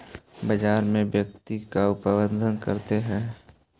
बाजार में व्यक्ति का उपलब्ध करते हैं?